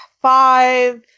five